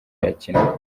yakinwe